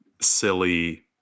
silly –